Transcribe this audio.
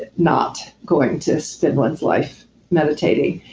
ah not going to spend one's life meditating,